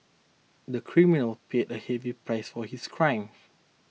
the criminal paid a heavy price for his crime